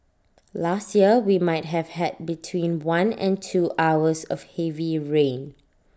last year we might have had between one and two hours of heavy rain